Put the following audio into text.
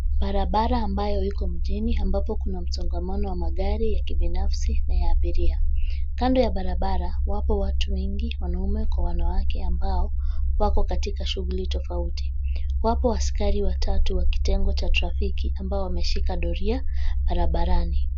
Barabara ambayo iko mjini ambapo kuna msongamano wa magari ya kibinafsi na ya abiria. Kando ya barabara wapo watu wengi, wanaume kwa wanawake, ambao wako katika shughuli tofauti. Wapo askari watatu wa kitengo cha trafiki ambao wameshika doria barabarani.